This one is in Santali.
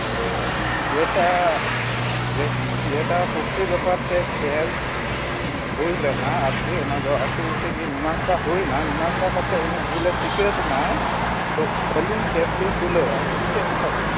ᱛᱚ ᱡᱮᱴᱟ ᱡᱮ ᱡᱮᱴᱟ ᱯᱚᱠᱥᱤ ᱵᱮᱯᱟᱨ ᱛᱮ ᱠᱮᱥ ᱦᱩᱭᱞᱮᱱᱟ ᱟᱨᱠᱤ ᱚᱱᱟ ᱫᱚ ᱟᱹᱛᱩ ᱛᱮᱜᱮ ᱢᱤᱢᱟᱝᱥᱟ ᱦᱩᱭᱮᱱᱟ ᱢᱤᱢᱟᱝᱥᱟ ᱠᱟᱛᱮᱫ ᱩᱱᱤ ᱵᱷᱩᱞᱮ ᱥᱤᱠᱟᱹᱨᱮᱱᱟ ᱛᱚ ᱟᱹᱞᱤᱧ ᱠᱮᱥ ᱞᱤᱧ ᱛᱩᱞᱟᱹᱭᱟ ᱛᱚ ᱪᱮᱫ ᱞᱮᱠᱟ ᱵᱷᱟᱵᱮ